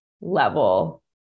level